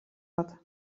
bat